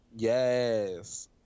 Yes